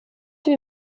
wie